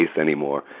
anymore